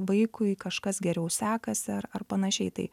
vaikui kažkas geriau sekasi ar ar panašiai tai